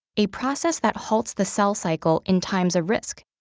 a process that halts the cell cycle in times of risk,